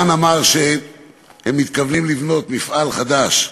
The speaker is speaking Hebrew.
דן אמר שהם מתכוונים לבנות מפעל חדש,